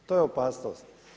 To je opasnost.